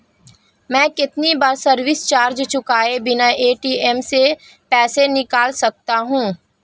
मैं कितनी बार सर्विस चार्ज चुकाए बिना ए.टी.एम से पैसे निकाल सकता हूं?